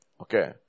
okay